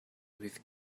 with